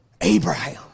Abraham